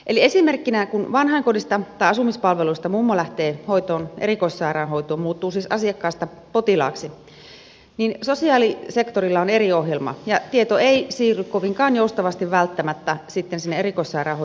eli esimerkkinä kun vanhainkodista tai asumispalvelusta mummo lähtee erikoissairaanhoitoon muuttuu siis asiakkaasta potilaaksi niin sosiaalisektorilla on eri ohjelma ja tieto ei siirry kovinkaan joustavasti välttämättä sitten sinne erikoissairaanhoidon puolelle